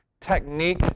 technique